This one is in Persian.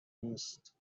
نیست